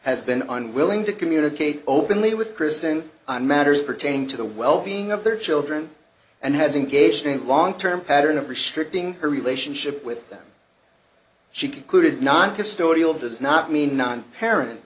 has been unwilling to communicate openly with kristen on matters pertaining to the wellbeing of their children and has engaged in a long term pattern of restricting her relationship with them she concluded noncustodial does not mean non parent